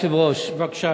זה לא,